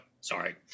sorry